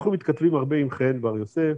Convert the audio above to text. אנחנו מתכתבים הרבה עם חן בר יוסף,